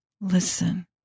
listen